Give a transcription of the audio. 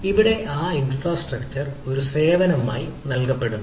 അവിടെ ഈ ഇൻഫ്രാസ്ട്രക്ചർ ഒരു സേവനമായി നൽകപ്പെടുന്നു